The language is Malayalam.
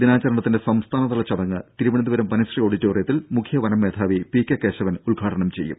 ദിനാചരണത്തിന്റെ സംസ്ഥാനതല ചടങ്ങ് തിരുവനന്തപുരം വനശ്രീ ഓഡിറ്റോറിയത്തിൽ മുഖ്യ വനം മേധാവി പി കെ കേശവൻ ഉദ്ഘാടനം ചെയ്യും